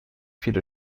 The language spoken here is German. viele